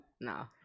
no